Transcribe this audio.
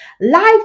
life